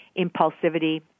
impulsivity